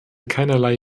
keinerlei